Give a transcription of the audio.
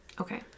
Okay